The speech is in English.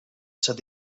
said